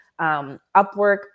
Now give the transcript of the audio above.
Upwork